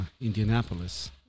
Indianapolis